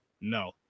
No